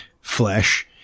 flesh –